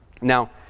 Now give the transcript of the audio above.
Now